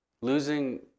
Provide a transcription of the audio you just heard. losing